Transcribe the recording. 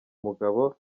mugabo